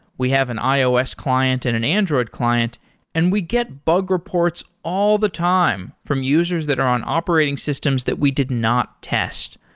we have an ios client and an android client and we get bug reports all the time from users that are on operating systems that we did not test.